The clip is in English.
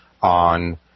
on